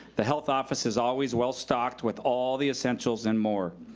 the health office is always well stocked with all the essentials and more.